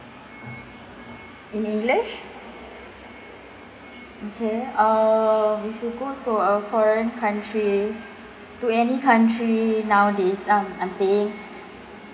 in english okay uh if you go to a foreign country to any country nowadays um I'm saying